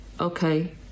okay